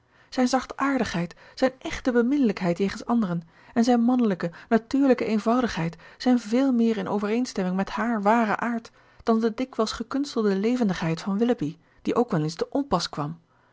zijn zachtaardigheid zijn echte beminnelijkheid jegens anderen en zijn mannelijke natuurlijke eenvoudigheid zijn veel meer in overeenstemming met haar waren aard dan de dikwijls gekunstelde levendigheid van willoughby die ook wel eens te onpas kwam